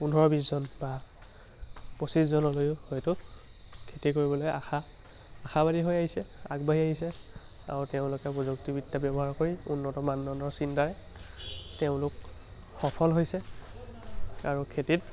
পোন্ধৰ বিছজন বা পঁচিছজনলৈও হয়তো খেতি কৰিবলৈ আশাবাদী হৈ আহিছে আগবাঢ়ি আহিছে আৰু তেওঁলোকে প্ৰযুক্তিবদ্যা ব্যৱহাৰ কৰি উন্নত মানদণ্ডৰ চিন্তাৰে তেওঁলোক সফল হৈছে আৰু খেতিত